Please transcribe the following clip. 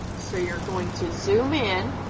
so you're going to zoom in,